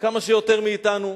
וכמה שיותר מאתנו,